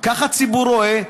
כך הציבור רואה.